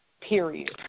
Period